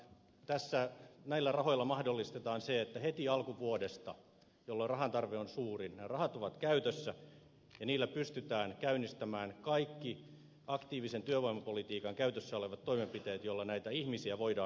tässä näillä rahoilla mahdollistetaan se että heti alkuvuodesta jolloin rahan tarve on suurin ne rahat ovat käytössä ja niillä pystytään käynnistämään kaikki aktiivisen työvoimapolitiikan käytössä olevat toimenpiteet joilla näitä ihmisiä voidaan auttaa